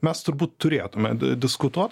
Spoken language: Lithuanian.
mes turbūt turėtume diskutuot